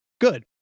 good